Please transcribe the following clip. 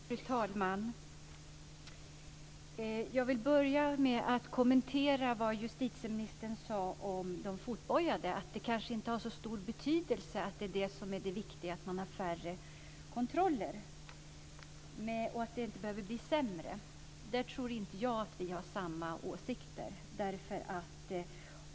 Fru talman! Jag vill börja med att kommentera vad justitieministern sade om de fotbojade, nämligen att det kanske inte har så stor betydelse att man har färre kontroller, och att det inte är det som är det viktiga. Det skulle inte behöva bli sämre, menade hon. Där tror inte jag att vi har samma åsikter.